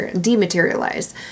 dematerialize